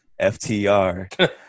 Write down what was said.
FTR